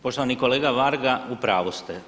Poštovani kolega Varga u pravu ste.